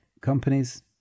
companies